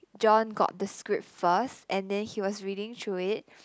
John got the script first and then he was reading through it